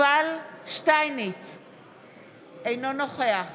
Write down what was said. אינו נוכח